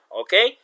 okay